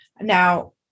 now